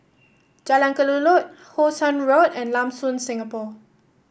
Jalan Kelulut How Sun Road and Lam Soon Singapore